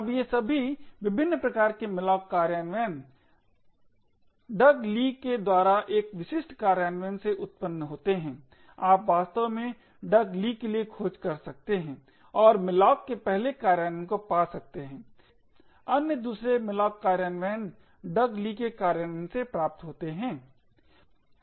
अब ये सभी विभिन्न प्रकार के malloc कार्यान्वयन Doug Lea के द्वारा एक विशिष्ट कार्यान्वयन से उत्पन्न होते हैं आप वास्तव में Doug Lea के लिए खोज कर सकते हैं और malloc के पहले कार्यान्वयन को पा सकते हैं अन्य दूसरे malloc कार्यान्वयन Doug Lea के कार्यान्वयन से प्राप्त होते हैं